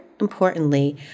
importantly